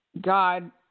God